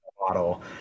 model